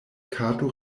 kato